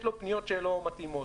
יש לו פניות שלא מתאימות.